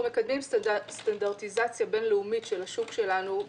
אנחנו מקדמים סטנדרטיזציה בין-לאומית של השוק שלנו,